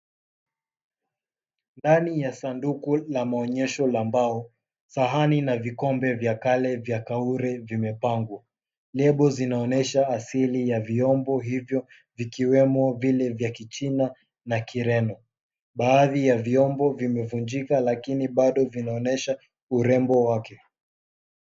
Ndani ya sanduku la maonyesho la mbao, sahani na vikombe vya kale vya kaure vimepangwa. Lebo zinaonesha asili ya vyombo hivyo vikiwemo vile vya kichina na kireno. Baadhi ya vyombo vimevunjika lakini bado vinaonyesha urembo wake.